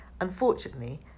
Unfortunately